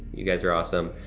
you guys are awesome.